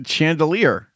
Chandelier